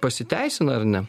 pasiteisina ar ne